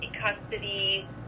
custody